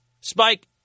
Spike